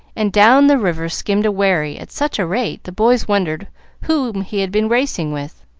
and down the river skimmed a wherry at such a rate the boys wondered whom he had been racing with.